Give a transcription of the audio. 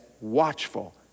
watchful